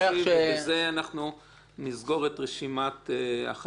ובזה נסגור את רשימת הח"כים,